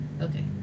Okay